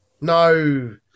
no